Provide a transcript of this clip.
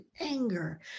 anger